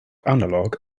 analog